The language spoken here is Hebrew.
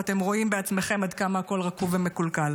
ואתם רואים בעצמכם עד כמה הכול רקוב ומקולקל.